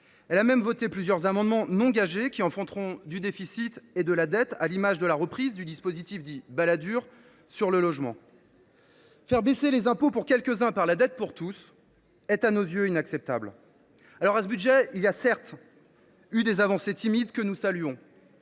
Elle a même voté plusieurs amendements non gagés qui enfanteront du déficit et de la dette, à l’image de la reprise du dispositif dit « Balladur » sur le logement. Faire baisser les impôts pour quelques uns par la dette pour tous est à nos yeux inacceptable. Certes, ce budget contient des avancées timides, que nous accueillons